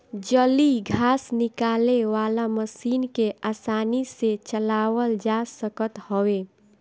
जलीय घास निकाले वाला मशीन के आसानी से चलावल जा सकत हवे